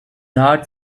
heart